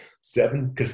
Seven